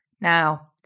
Now